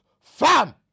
Fam